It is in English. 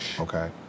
Okay